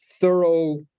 thorough